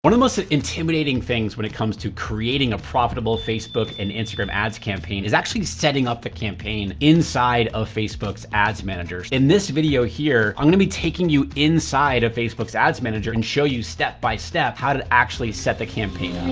one of the most ah intimidating things when it comes to creating a profitable facebook and instagram ads campaign is actually setting up the campaign inside of facebook's ads manager. in this video here, i'm gonna be taking you inside of facebook's ads manager and show you step-by-step how to actually set the campaign